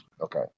Okay